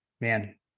man